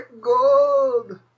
gold